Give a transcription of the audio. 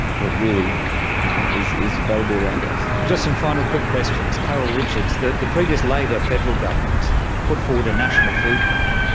what really you know is is available around us? just some final quick questions. carol richards, the the previous labor federal government put forward a national food plan.